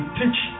teach